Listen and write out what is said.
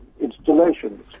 installations